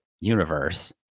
universe